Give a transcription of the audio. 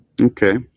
Okay